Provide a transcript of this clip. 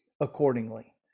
accordingly